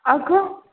अगं